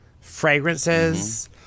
fragrances